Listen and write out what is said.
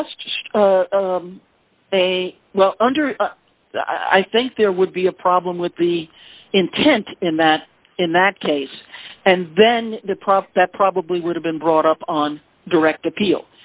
just a well under i think there would be a problem with the intent in that in that case and then the problem that probably would have been brought up on direct appeal